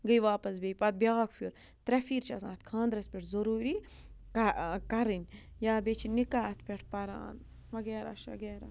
گٔے واپَس بیٚیہِ پَتہٕ بیٛاکھ پھیُر ترٛےٚ پھیٖر چھِ آسان اتھ خاندرَس پٮ۪ٹھ ضٔروٗری کہ کَرٕنۍ یا بیٚیہِ چھِ نِکاح اتھ پٮ۪ٹھ پَران وغیرہ شغیرہ